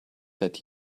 that